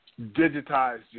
digitized